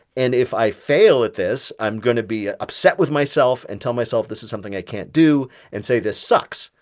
and if i fail at this, i'm going to be ah upset with myself and tell myself this is something i can't do and say this sucks.